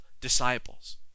disciples